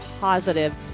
positive